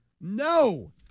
No